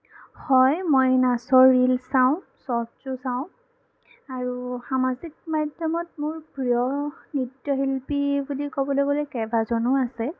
হয় মই নাচৰ ৰীল চাওঁ চ'ৰ্টচো চাওঁ আৰু সামাজিক মাধ্যমত মোৰ প্ৰিয় নৃত্যশিল্পী বুলি ক'বলৈ গ'লে কেইবাজনো আছে